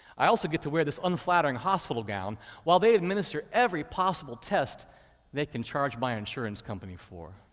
i also get to wear this unflattering hospital gown while they administer every possible test they can charge my insurance company for.